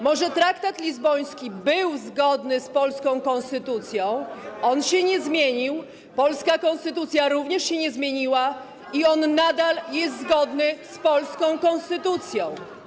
Może traktat lizboński był zgodny z polską konstytucją - on się nie zmienił, polska konstytucja również się nie zmieniła - i nadal jest zgodny z polską konstytucją?